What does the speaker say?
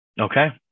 Okay